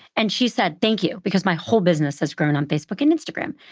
and she said, thank you, because my whole business has grown on facebook and instagram.